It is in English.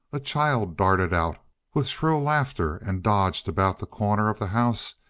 a child darted out with shrill laughter and dodged about the corner of the house,